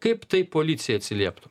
kaip tai policijai atsilieptų